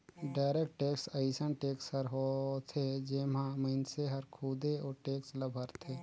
direct tax अइसन tax हर होथे जेम्हां मइनसे हर खुदे ओ टेक्स ल भरथे